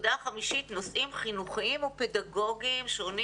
הנקודה החמישית: נושאים חינוכיים ופדגוגיים שונים